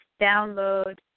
download